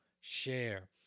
Share